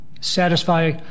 Satisfy